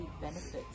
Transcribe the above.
benefits